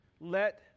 let